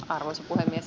arvoisa puhemies